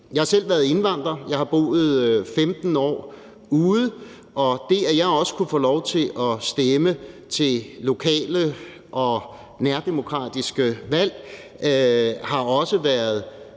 Jeg har selv været indvandrer; jeg har boet 15 år ude. Og det, at jeg også kunne få lov til at stemme til lokale og nærdemokratiske valg, har også været